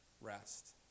rest